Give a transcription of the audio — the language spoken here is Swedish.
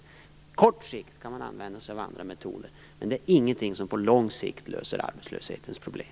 På kort sikt kan man använda sig av andra metoder, men det är ingenting som på lång sikt löser arbetslöshetens problem.